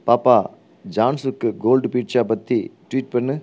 பாப்பா ஜான்ஸுக்கு gold pizza பற்றி ட்வீட் பண்ணு